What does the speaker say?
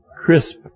crisp